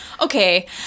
Okay